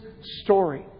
story